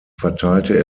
verteilte